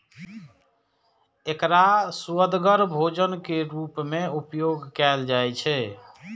एकरा सुअदगर व्यंजन के रूप मे उपयोग कैल जाइ छै